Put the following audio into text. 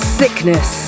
sickness